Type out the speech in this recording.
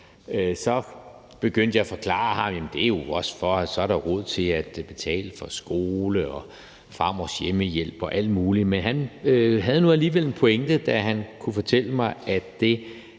at det er jo også for, at der så er råd til at betale for skole, farmors hjemmehjælp og alt muligt, men han havde nu alligevel en pointe, da han kunne fortælle mig, at det